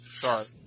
Sorry